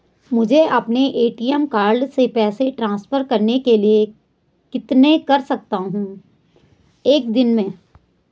मुझे अपने ATM card से पैसे ट्रांसफर करने हैं कितने कर सकता हूँ एक दिन में?